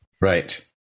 Right